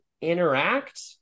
interact